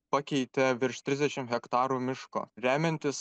pakeitė virš trisdešim hektarų miško remiantis